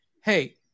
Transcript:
hey